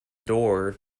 door